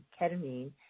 Ketamine